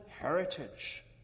heritage